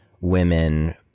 women